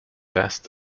best